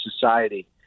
society